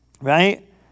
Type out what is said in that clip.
right